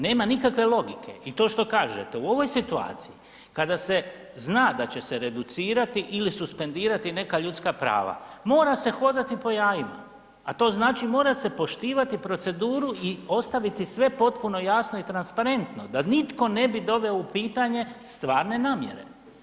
Nema nikakve logike i to što kažete u ovoj situaciji kada se zna da će se reducirati ili suspendirati neka ljudska prava, mora se hodati po jajima, a to znači mora se poštivati proceduru i ostaviti sve potpuno jasno i transparentno da nitko ne bi doveo u pitanje stvarne namjere.